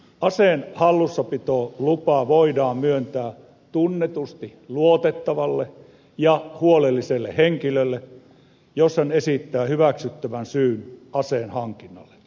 aseen hallussapitolupa voidaan myöntää tunnetusti luotettavalle ja huolelliselle henkilölle jos hän esittää hyväksyttävän syyn aseen hankinnalle